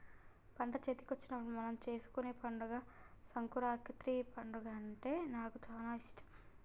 పంట చేతికొచ్చినప్పుడు మనం చేసుకునే పండుగ సంకురాత్రి పండుగ అంటే నాకు చాల ఇష్టం